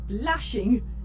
blushing